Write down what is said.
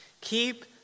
Keep